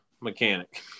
mechanic